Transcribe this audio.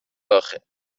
آخه